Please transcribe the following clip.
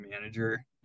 manager